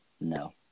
no